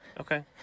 Okay